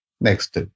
Next